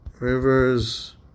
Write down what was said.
rivers